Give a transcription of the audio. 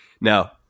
Now